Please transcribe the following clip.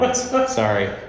Sorry